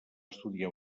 estudiar